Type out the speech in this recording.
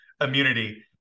immunity